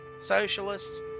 socialists